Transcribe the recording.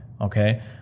okay